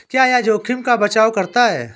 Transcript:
क्या यह जोखिम का बचाओ करता है?